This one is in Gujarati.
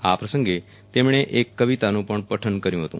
આ પ્રસંગે તેમણે એક કવિતાનું પઠન કર્યુંહતું